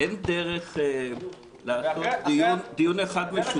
יש לי שאלה: אין דרך לערוך באיזו צורה דיון אחד משותף?